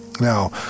Now